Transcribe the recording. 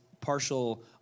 partial